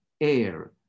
air